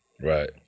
Right